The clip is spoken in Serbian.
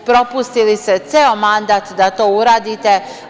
Propustili ste ceo mandat da to uradite.